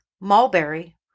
mulberry